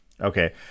Okay